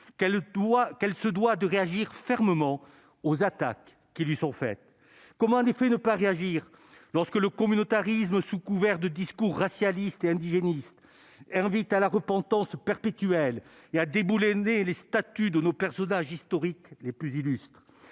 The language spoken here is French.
qu'elle se doit de réagir fermement aux attaques qui lui sont faites, comment des fruits ne pas réagir lorsque le communautarisme sous couvert de discours racialiste et indigéniste et invite à la repentance perpétuelle et à déboulonner les statues de nos personnages historiques les plus illustres,